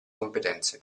competenze